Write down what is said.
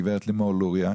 הגב' לימור לוריא,